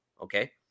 okay